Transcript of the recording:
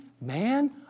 man